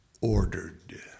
ordered